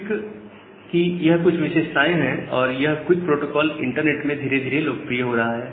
quick की यह कुछ विशेषताएं हैं और यह क्विक प्रोटोकॉल इंटरनेट में धीरे धीरे लोकप्रिय हो रहा है